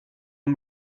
and